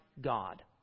God